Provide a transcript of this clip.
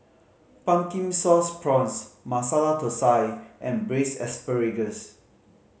Pumpkin Sauce Prawns Masala Thosai and Braised Asparagus